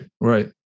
right